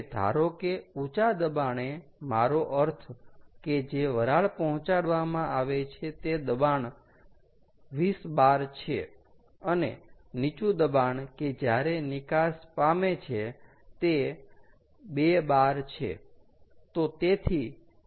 હવે ધારો કે ઊચા દબાણે મારો અર્થ કે જે વરાળ પહોંચાડવા આવે છે તે દબાણ 20 bar છે અને નીચું દબાણ કે જયારે નિકાસ પામે છે તે 2 bar છે